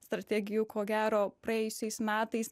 strategijų ko gero praėjusiais metais